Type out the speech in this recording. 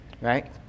Right